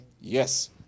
Yes